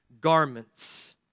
garments